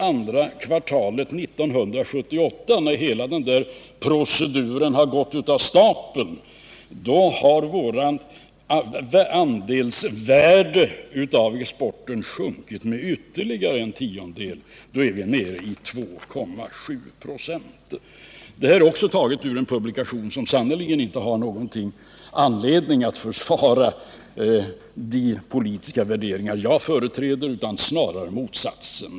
Andra kvartalet 1978, när hela denna procedur hade gått av stapeln, hade vår värdemarknadsandel sjunkit med ytterligare en tiondel. Då var vi nere i 2,7 26. Det här är taget ur en publikation som sannerligen inte har någon anledning att försvara de politiska värderingar jag företräder utan snarare motsatsen.